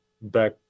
back